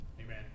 Amen